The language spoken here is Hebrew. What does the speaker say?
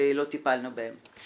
שלא טיפלנו בהם.